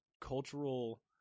cultural –